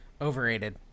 Overrated